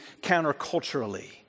counterculturally